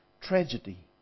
tragedy